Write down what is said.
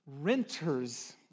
renters